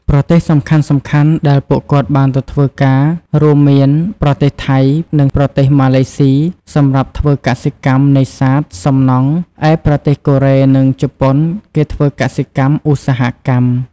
ប្រទេសសំខាន់ៗដែលពួកគាត់បានទៅធ្វើការរួមមានប្រទេសថៃ និងប្រទេសម៉ាឡេសុី សម្រាប់ធ្វើកសិកម្ម នេសាទ សំណង់ ឯប្រទេសកូរ៉េ នឹងជប៉ុនគេធ្វើ កសិកម្ម ឧស្សាហកម្ម ។